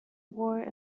wore